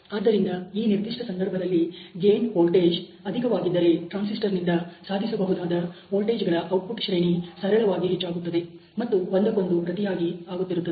ಆದ್ದರಿಂದ ಈ ನಿರ್ದಿಷ್ಟ ಸಂದರ್ಭದಲ್ಲಿ ಗೇನ್ ವೋಲ್ಟೇಜ್ ಅಧಿಕವಾಗಿದ್ದರೆ ಟ್ರಾನ್ಸಿಸ್ಟರ್ನಿಂದ ಸಾಧಿಸಬಹುದಾದ ವೋಲ್ಟೇಜ್ಗಳ ಔಟ್ಪುಟ್ ಶ್ರೇಣಿ ಸರಳವಾಗಿ ಹೆಚ್ಚಾಗುತ್ತದೆ ಮತ್ತು ಒಂದಕ್ಕೊಂದು ಪ್ರತಿಯಾಗಿ ಆಗುತ್ತಿರುತ್ತದೆ